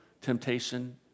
temptation